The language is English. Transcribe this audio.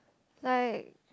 like